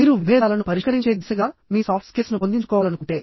మీరు విభేదాలను పరిష్కరించే దిశగా మీ సాఫ్ట్ స్కిల్స్ ను పొందించుకోవాలనుకుంటే